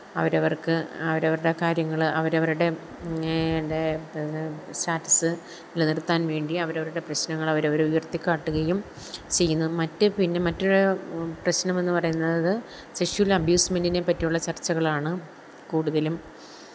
അവരവര്ക്ക് അവരവരുടെ കാര്യങ്ങൾ അവരവരുടെ ടെ സ്റ്റാറ്റസ് നിലനിര്ത്താന് വേണ്ടി അവരവരുടെ പ്രശ്നങ്ങൾ അവരവർ ഉയര്ത്തിക്കാട്ടുകയും ചെയ്യുന്നത് മറ്റ് പിന്നെ മറ്റൊരു പ്രശ്നമെന്നു പറയുന്നത് സെക്ഷ്വൽ അബ്യൂസ്മെന്റിനെപ്പറ്റിയുള്ള ചര്ച്ചകളാണ് കൂടുതലും